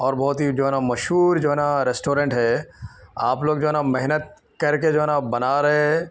اور بہت ہی جو ہے نا مشہور جو ہے نا ریسٹورینٹ ہے آپ لوگ جو ہے نا محنت کر کے جو ہے نا بنا رہے